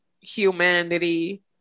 humanity